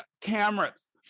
cameras